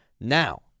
Now